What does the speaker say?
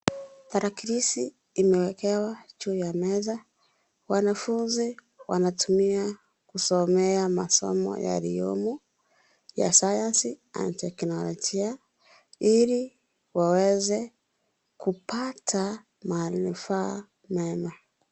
Tarakilishi imewekewa juu ya meza, wanafunzi wanatumia kusomea masomo yaliyomo ya sayansi na teknolojia ili waweze kupata manufaa mema.